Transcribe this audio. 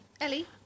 Ellie